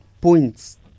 points